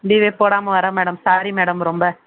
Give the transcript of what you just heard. லீவே போடாமல் வரேன் மேடம் சாரி மேடம் ரொம்ப